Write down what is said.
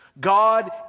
God